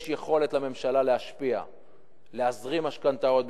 יש יכולת לממשלה להשפיע, להזרים משכנתאות.